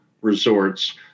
resorts